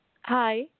Hi